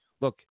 Look